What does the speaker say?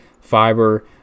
fiber